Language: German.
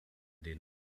den